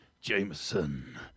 Jameson